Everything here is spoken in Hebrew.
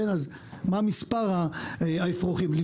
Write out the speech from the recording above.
אז מה מספר האפרוחים?